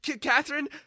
Catherine